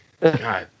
God